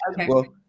Okay